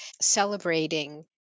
celebrating